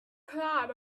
crowd